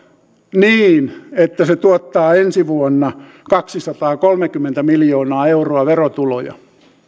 niin että se tuottaa ensi vuonna kaksisataakolmekymmentä miljoonaa euroa verotuloja